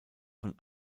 von